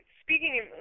speaking